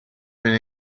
been